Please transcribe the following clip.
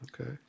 Okay